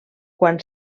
quan